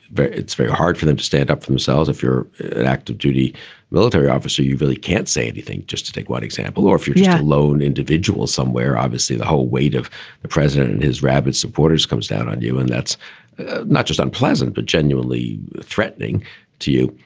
it's very hard for them to stand up for themselves if you're an active duty military officer. you really can't say anything just to take what example or if you're a yeah lone individual somewhere, obviously the whole weight of the president is rabid supporters comes down on you. and that's not just unpleasant, but genuinely threatening to you.